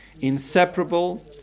inseparable